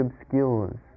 obscures